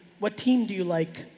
what team do you like?